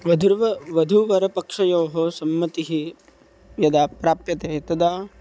वधूर्व वधूवरपक्षयोः सम्मतिः यदा प्राप्यते तदा